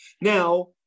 Now